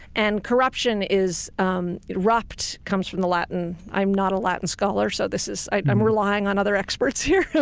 and corruption is um rupt comes from the latin, i'm not a latin scholar so this is. i'm relying on other experts here.